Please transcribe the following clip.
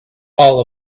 all